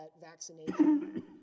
vaccination